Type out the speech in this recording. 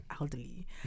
elderly